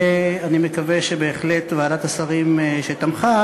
ואני מקווה שבהחלט ועדת השרים שתמכה